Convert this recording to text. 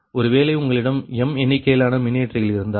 ஒருவேளை உங்களிடம் m எண்ணிக்கையிலான மின்னியற்றிகள் இருந்தால்